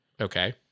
Okay